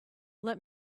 let